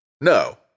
No